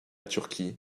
turquie